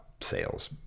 sales